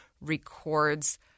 records